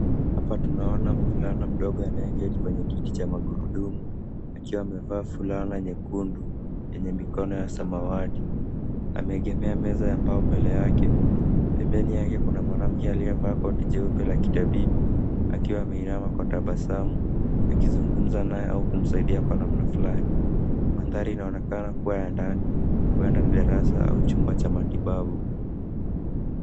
Hapa tunaona mvulana mdogo aliyeketi kwenye kiti cha magurudumu akiwa amevaa fulana nyekundu yenye mikono ya samawati. Ameegemea meza ya mbao mbele yake. Pembeni yake kuna mwanamke aliyevaa koti jeupe la kitabibu, akizungumza naye au kumsaidia kwa namna fulani. Mandhari inaonekana kuwa ya ndani, huenda ni darasa au chumba cha matibabu.